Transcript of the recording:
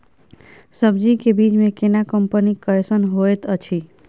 सब्जी के बीज केना कंपनी कैसन होयत अछि?